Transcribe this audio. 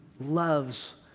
loves